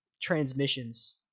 transmissions